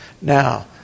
Now